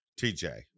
TJ